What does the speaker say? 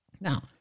Now